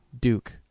Duke